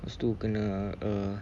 lepas tu kena uh